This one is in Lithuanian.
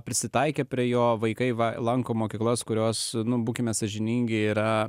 prisitaikė prie jo vaikai va lanko mokyklas kurios nuo būkime sąžiningi yra